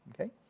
Okay